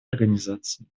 организации